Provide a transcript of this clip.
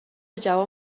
جوان